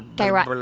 guy raz?